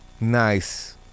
Nice